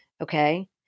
Okay